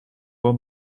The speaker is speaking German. uhr